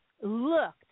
looked